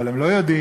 אבל הם לא יודעים,